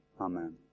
Amen